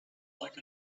like